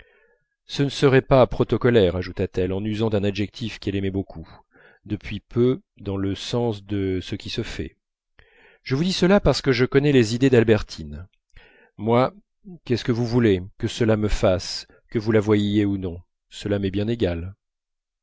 ce ne serait pas protocolaire ajouta-t-elle en usant d'un adjectif qu'elle aimait beaucoup depuis peu dans le sens de ce qui se fait je vous dis cela parce que je connais les idées d'albertine moi qu'est-ce que vous voulez que cela me fasse que vous la voyiez ou non cela m'est bien égal